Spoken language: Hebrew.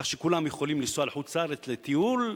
כך שכולם יכולים לנסוע לחוץ-לארץ לטיול,